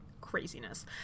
craziness